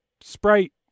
sprite